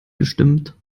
gestimmt